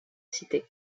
cité